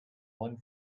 one